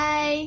Bye